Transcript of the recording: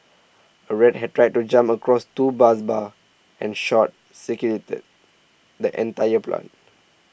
a rat had tried to jump across two bus bars and short circuited the entire plant